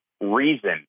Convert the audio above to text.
reason